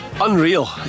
Unreal